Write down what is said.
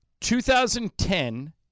2010